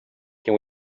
can